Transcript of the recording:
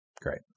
great